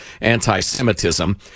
anti-Semitism